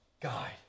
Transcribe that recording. guide